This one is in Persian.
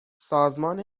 سازمان